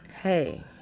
Hey